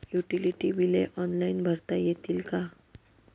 Utility बिले online भरता येतील का?